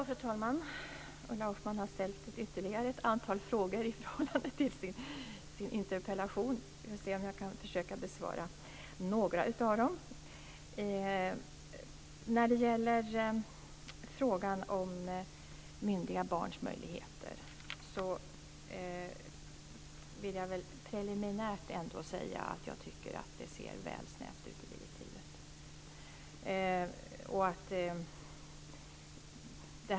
Fru talman! Ulla Hoffmann har ställt ytterligare ett antal frågor utöver frågorna i sin interpellation. Jag ska försöka att besvara några av dem. När det gäller frågan om myndiga barns möjligheter vill jag väl preliminärt säga att jag tycker att det ser väl snävt ut i direktivet.